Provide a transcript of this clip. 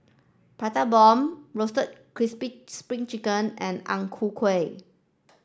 prata bomb roasted crispy spring chicken and Ang Ku Kueh